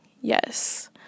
yes